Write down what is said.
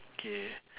okay